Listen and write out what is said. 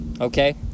okay